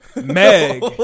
Meg